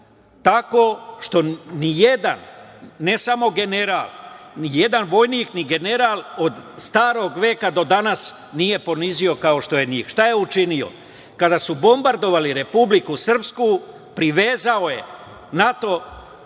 tako što nijedan, ne samo general, nijedan vojnik ni general od starog veka do danas nije ponizio. Šta je učinio? Kada su bombardovali Republiku Srpsku, privezao je NATO vojnike